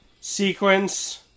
sequence